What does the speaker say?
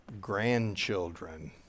grandchildren